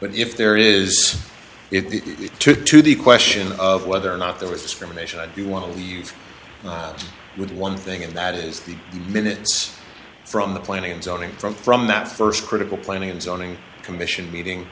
but if there is it to the question of whether or not there was discrimination i do want to leave with one thing and that is the minutes from the planning and zoning from from that st critical planning and zoning commission meeting